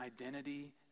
identity